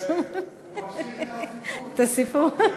הוא ממשיך את הסיפור.